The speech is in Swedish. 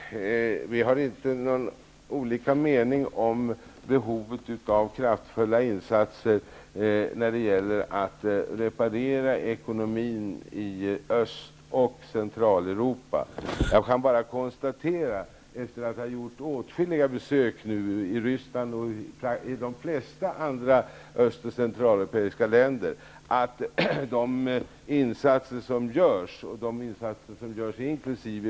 Herr talman! Vi har inte olika meningar om behovet av kraftfulla insatser när det gäller att reparera ekonomin i Öst och Centraleuropa. Efter att ha gjort åtskilliga besök i Ryssland och i de flesta andra öst och centraleuropeiska länderna, kan jag bara konstatera att de insatser som görs, inkl.